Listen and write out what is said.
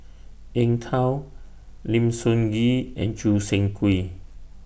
Eng Tow Lim Sun Gee and Choo Seng Quee